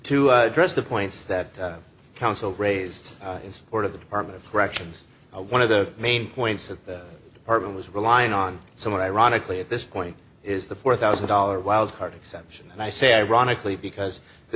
to address the points that counsel raised in support of the department of corrections one of the main points that the department was relying on somewhat ironically at this point is the four thousand dollars wild card exception and i say ironically because the